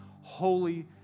holy